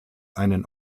einen